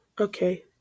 Okay